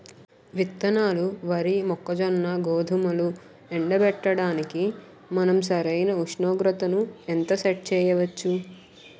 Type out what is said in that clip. విత్తనాలు వరి, మొక్కజొన్న, గోధుమలు ఎండబెట్టడానికి మనం సరైన ఉష్ణోగ్రతను ఎంత సెట్ చేయవచ్చు?